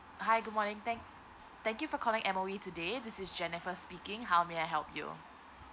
hi good morning thank thank you for calling M_O_E today this is jennifer speaking how may I help you